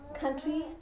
countries